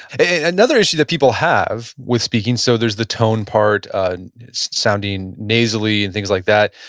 and another issue that people have with speaking, so there's the tone part, and sounding nasally and things like that,